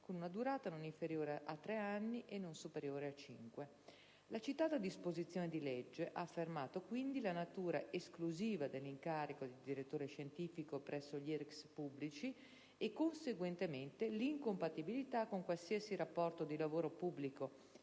con una durata non inferiore a tre anni e non superiore a cinque. La citata disposizione di legge ha affermato, quindi, la natura esclusiva dell'incarico di direttore scientifico presso gli IRCCS pubblici e, conseguentemente, l'incompatibilità con qualsiasi rapporto di lavoro pubblico